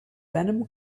venom